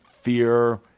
fear